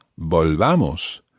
volvamos